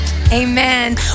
amen